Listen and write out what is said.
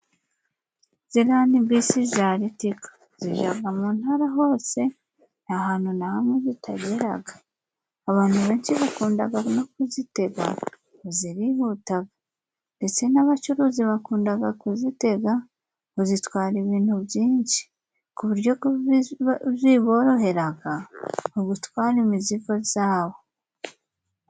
Ziriya ni bisi za ritiko zijaga mu ntara hose nta hantu na hamwe zitageraga, abantu benshi bakundaga no kuzitega ngo zirihutaga, ndetse n'abacuruzi bakundaga kuzitega ngo zitwara ibintu byinshi ku buryo biboroheraga mu gutwara imizigo zabo.